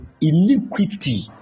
iniquity